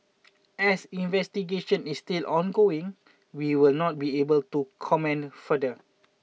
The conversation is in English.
as investigation is still ongoing we will not be able to comment further